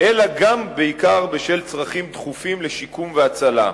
אלא גם, ובעיקר, בשל צרכים דחופים של שיקום והצלה.